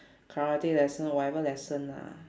karate lesson whatever lesson lah